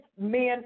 men